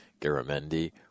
Garamendi